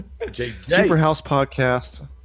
Superhousepodcast